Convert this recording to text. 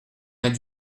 vingt